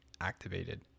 activated